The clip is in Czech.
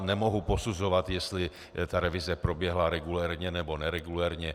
Nemohu posuzovat, jestli revize proběhla regulérně, nebo neregulérně.